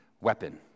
weapon